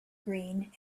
green